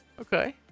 Okay